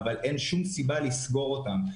אין שום סיבה לסגור אותם.